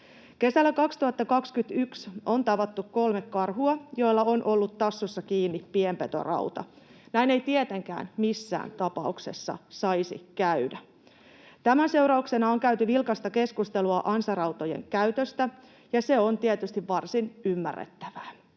Kesällä 2021 on tavattu kolme karhua, joilla on ollut tassussa kiinni pienpetorauta. Näin ei tietenkään missään tapauksessa saisi käydä. Tämän seurauksena on käyty vilkasta keskustelua ansarautojen käytöstä, ja se on tietysti varsin ymmärrettävää.